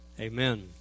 Amen